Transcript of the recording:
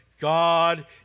God